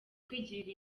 kwigirira